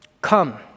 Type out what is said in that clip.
come